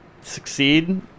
succeed